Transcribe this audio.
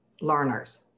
learners